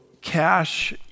cash